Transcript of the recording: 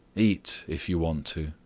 eat, if you want to,